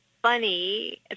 funny